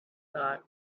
thought